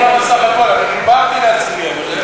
עוד פעם.